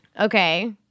Okay